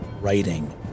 writing